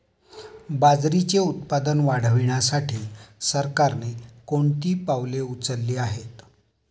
बाजरीचे उत्पादन वाढविण्यासाठी सरकारने कोणती पावले उचलली आहेत?